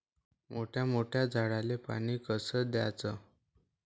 मोठ्या मोठ्या झाडांले पानी कस द्याचं?